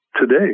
today